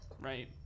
right